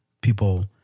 people